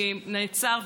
נעצר,